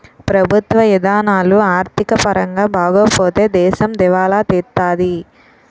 ప్రభుత్వ ఇధానాలు ఆర్థిక పరంగా బాగోపోతే దేశం దివాలా తీత్తాది